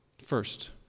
First